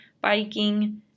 biking